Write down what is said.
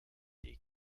des